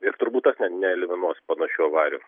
ir turbūt tas neeliminuos panašių avarijų